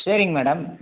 சரிங்க மேடம்